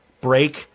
Break